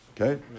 Okay